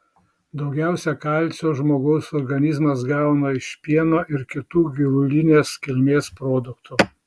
daugiausiai kalcio žmogaus organizmas gauna iš pieno ir kitų gyvulinės kilmės produktų